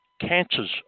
cancers